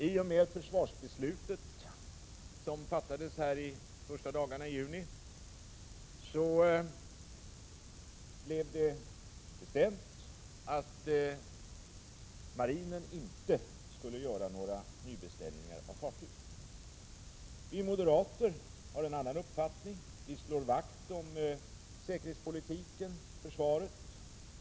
I försvarsbeslutet som fattades under en av de första dagarna i juni bestämdes att marinen inte skulle göra några nybeställningar av fartyg. Vi moderater har en annan uppfattning. Vi slår vakt om säkerhetspolitiken och försvaret.